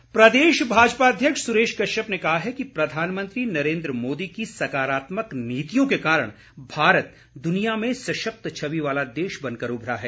सुरेश कश्यप प्रदेश भाजपा अध्यक्ष सुरेश कश्यप ने कहा है कि प्रधानमंत्री नरेन्द्र मोदी की सकारात्मक नीतियों के कारण भारत दुनिया में सशक्त छवि वाला देश बनकर उभरा है